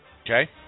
Okay